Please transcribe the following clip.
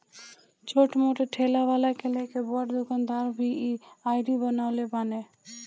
छोट मोट ठेला वाला से लेके बड़ दुकानदार भी इ आई.डी बनवले बाने